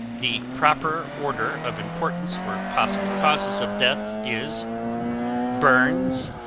the proper order of importance for possible causes of death is burns,